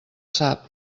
sap